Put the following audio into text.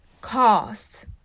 cost